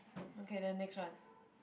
okay then next one